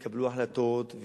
והתקבלו החלטות,